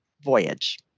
voyage